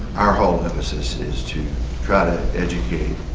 our whole emphasis is to try to educate